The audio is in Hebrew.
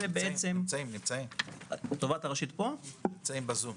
הם נמצאים בזום.